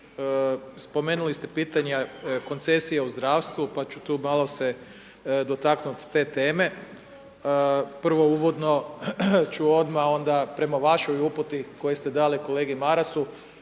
spomenuli ste pitanja koncesije u zdravstvu pa ću tu malo se dotaknuti te teme. Prvo uvodno ću odmah prama vašoj uputi koju ste dali kolegi Marasu